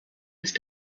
ist